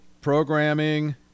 programming